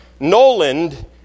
Noland